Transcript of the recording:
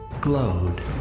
glowed